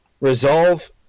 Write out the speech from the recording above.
resolve